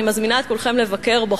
אני מזמינה את כולכם לבקר בו,